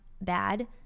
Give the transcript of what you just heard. bad